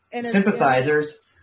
Sympathizers